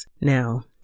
Now